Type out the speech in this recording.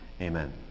Amen